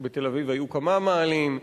בתל-אביב היו כמה מאהלים,